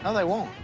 ah they won't.